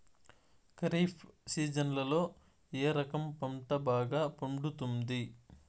ఖరీఫ్ సీజన్లలో ఏ రకం పంట బాగా పండుతుంది